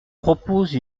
propose